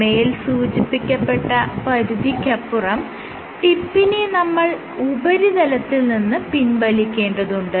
മേൽ സൂചിപ്പിക്കപ്പെട്ട പരിധിക്കപ്പുറം ടിപ്പിനെ നമ്മൾ ഉപരിതലത്തിൽ നിന്ന് പിൻവലിക്കേണ്ടതുണ്ട്